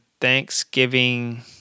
Thanksgiving